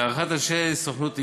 להערכת אנשי סוכנות "ענבל",